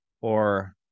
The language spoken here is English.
or-